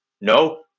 No